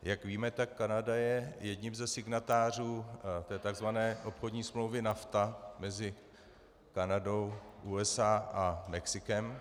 Jak víme, tak Kanada je jedním ze signatářů té tzv. obchodní smlouvy NAFTA mezi Kanadou, USA a Mexikem.